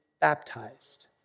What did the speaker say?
baptized